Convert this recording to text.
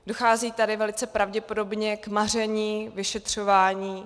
Dochází tady velice pravděpodobně k maření vyšetřování.